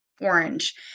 orange